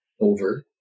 over